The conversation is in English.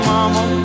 Mama